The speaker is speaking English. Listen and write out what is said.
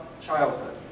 childhood